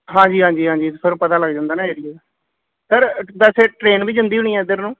ਹਾਂਜੀ ਹਾਂਜੀ ਹਾਂਜੀ ਸਰ ਪਤਾ ਲੱਗ ਜਾਂਦਾ ਨਾ ਏਰੀਏ ਦਾ ਸਰ ਵੈਸੇ ਟ੍ਰੇਨ ਵੀ ਜਾਂਦੀ ਹੋਣੀ ਆ ਇੱਧਰ ਨੂੰ